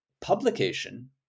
publication